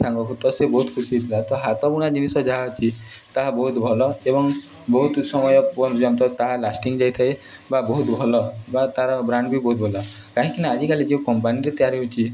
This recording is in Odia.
ସାଙ୍ଗକୁ ତ ସେ ବହୁତ ଖୁସି ହୋଇଥିଲା ତ ହାତ ବୁଣା ଜିନିଷ ଯାହା ଅଛି ତାହା ବହୁତ ଭଲ ଏବଂ ବହୁତ ସମୟ ପର୍ଯ୍ୟନ୍ତ ତାହା ଲାଷ୍ଟିଂ ଯାଇଥାଏ ବା ବହୁତ ଭଲ ବା ତା'ର ବ୍ରାଣ୍ଡ ବି ବହୁତ ଭଲ କାହିଁକିନା ଆଜିକାଲି ଯେଉଁ କମ୍ପାନୀରେ ତିଆରି ହେଉଛି